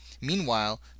Meanwhile